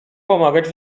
pomagać